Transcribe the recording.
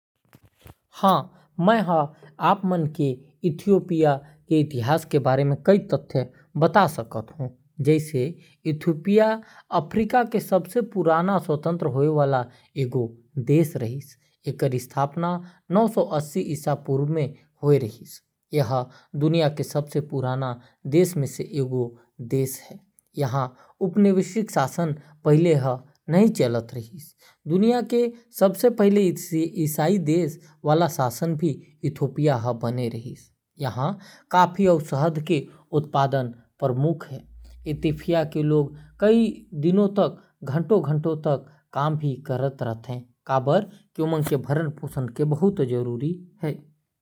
इथियोपिया के इतिहास हजारों साल पुराना हावय। ए ह अफ्रीका के सबले पुराना स्वतंत्र देस हरय। इथियोपिया के इतिहास ले जुड़े कतकोन बिसेस बात । डीएमटी राज्य के गठन सबले पहिली इथियोपिया म होय रिहीस। एखर राजधानी येहा रिहीस। लाल सागर म अक्सुमाइट साम्राज्य के वर्चस्व रिहिस। चौथी शताब्दी म एजाना के शासनकाल म ईसाई धर्म ल राज्य धर्म घोषित करे गे रिहिस। सोलोमन राजवंश के बखत इथियोपिया म साम्राज्यवादी विस्तार होइस।